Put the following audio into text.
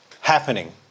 happening